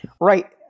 Right